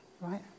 right